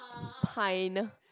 Pine